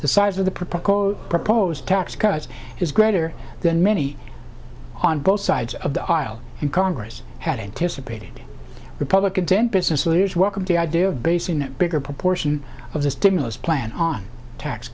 the size of the proposed proposed tax cuts is greater than many on both sides of the aisle in congress had anticipated republican ten business leaders welcomed the idea of basing that bigger proportion of the stimulus plan on tax